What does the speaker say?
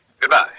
Goodbye